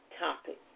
topic